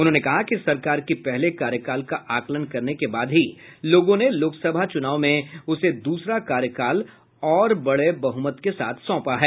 उन्होंने कहा कि सरकार के पहले कार्यकाल का आकलन करने के बाद ही लोगों ने लोकसभा चुनाव में उसे दूसरा कार्यकाल और बड़े बहुमत के साथ सौंपा है